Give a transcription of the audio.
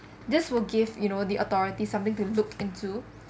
this will give you know the authority something to look into